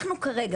אנחנו כרגע,